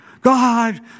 God